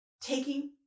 taking